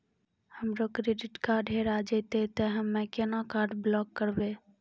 हमरो credit card हेरा जेतै ते हम्मय केना कार्ड ब्लॉक करबै?